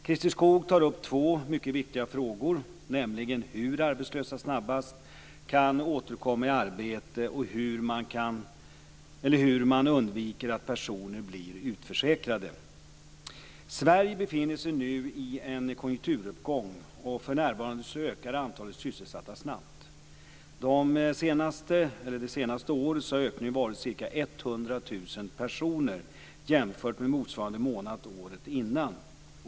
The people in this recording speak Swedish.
Christer Skoog tar upp två mycket viktiga frågor, nämligen hur arbetslösa snabbast kan återkomma i arbete och hur man undviker att personer blir utförsäkrade. Sverige befinner sig nu i en konjunkturuppgång, och för närvarande ökar antalet sysselsatta snabbt. Det senaste året har ökningen varit ca 100 000 personer, jämfört med motsvarande månad året innan.